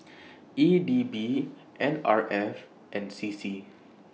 E D B N R F and C C